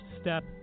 step